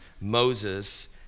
Moses